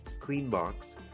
Cleanbox